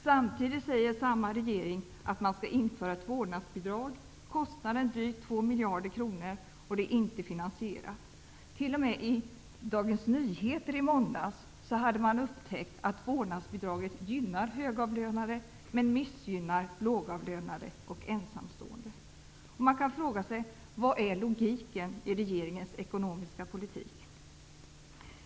Samtidigt säger samma regeringen att man skall införa ett vårdnadsbidrag till en kostnad av drygt två miljarder kronor. Bidraget är inte finansierat. T.o.m. Dagens Nyheter hade i måndags upptäckt att vårdnadsbidraget gynnar högavlönade men missgynnar lågavlönade och ensamstående. Man kan fråga: Vilken är logiken i regeringens ekonomiska politik?